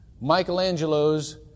Michelangelo's